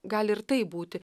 gali ir taip būti